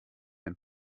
ein